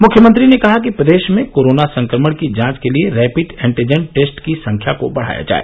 मुख्यमंत्री ने कहा कि प्रदेश में कोरोना संक्रमण की जांच के लिए रैपिड एन्टीजन टेस्ट की संख्या को बढ़ाया जाए